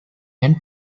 and